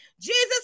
Jesus